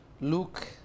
Luke